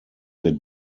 wir